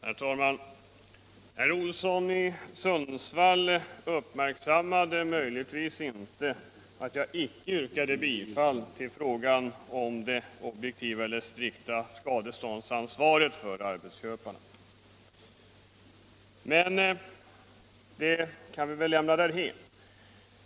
Herr talman! Herr Olsson i Sundsvall uppmärksammade möjligtvis 39 inte att jag icke yrkade bifall till frågan om det strikta skadeståndsansvaret för arbetsköparna? Men det kan vi lämna därhän.